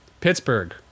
Pittsburgh